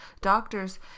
doctors